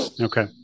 Okay